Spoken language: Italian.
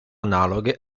analoghe